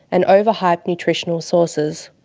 and over-hyped nutritional sources.